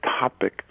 topic